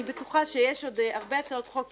אני בטוחה שיש עוד הרבה הצעות חוק,